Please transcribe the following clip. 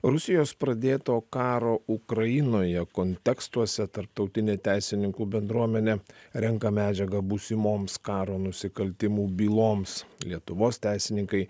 rusijos pradėto karo ukrainoje kontekstuose tarptautinė teisininkų bendruomenė renka medžiagą būsimoms karo nusikaltimų byloms lietuvos teisininkai